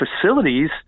facilities